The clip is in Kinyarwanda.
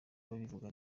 babivuga